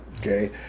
Okay